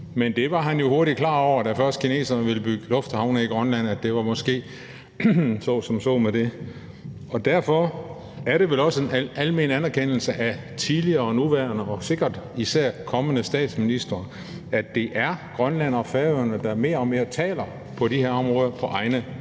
Men han blev jo hurtigt klar over, da først kineserne ville bygge lufthavne i Grønland, at det måske var så som så med det. Derfor er det vel også alment anerkendt af tidligere, nuværende og sikkert især kommende statsministre, at det er Grønland og Færøerne, der mere og mere taler på egne vegne på det